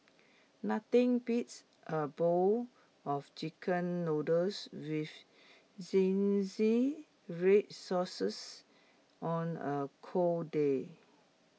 nothing beats A bowl of Chicken Noodles with zingy red sauces on A cold day